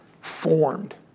formed